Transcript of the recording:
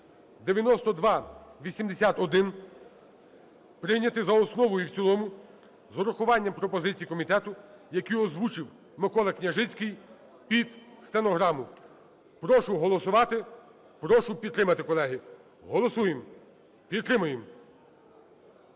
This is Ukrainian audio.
(9281) прийняти за основу і в цілому з врахуванням пропозицій комітету, які озвучив МиколаКняжицький під стенограму. Прошу голосувати. Прошу підтримати, колеги. Голосуємо! Підтримуємо!